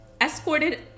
escorted